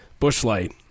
Bushlight